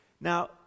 Now